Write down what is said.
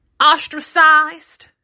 ostracized